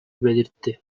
belirtti